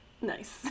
nice